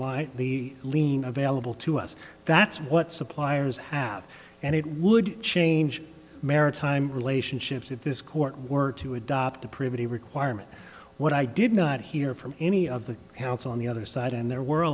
lightly lien available to us that's what suppliers have and it would change maritime relationships if this court were to adopt the privity requirement what i did not hear from any of the council on the other side and there were a